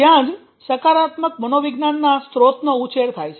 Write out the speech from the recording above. ત્યાં જ સકારાત્મક મનોવિજ્ઞાનના સ્ત્રોતનો ઉછેર થાય છે